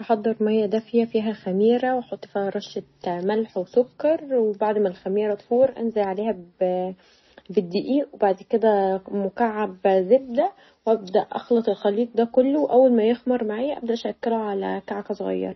احضر مايه دافيه فيها خميره و احط فيها رشه ملح و سكر بعد ما الخميره تفور انزل عليها بالدقيق بعد كدا مكعب زبده و أبدا اخلط الخليط دا كله واول ما يخمر معايا أبدا أشكله علي كعكه صغيره.